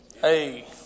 Hey